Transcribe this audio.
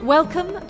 Welcome